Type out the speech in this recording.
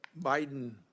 Biden